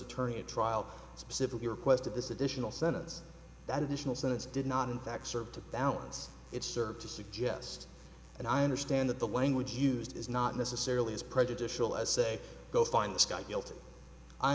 attorney a trial specifically requested this additional sentence that additional sentence did not in fact serve to balance it serve to suggest and i understand that the language used is not necessarily as prejudicial as say go find this guy guilty i